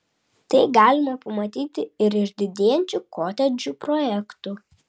tai galima pamatyti ir iš didėjančių kotedžų projektų